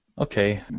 Okay